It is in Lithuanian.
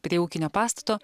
prie ūkinio pastato